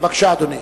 בבקשה, אדוני.